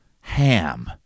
ham